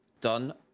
Done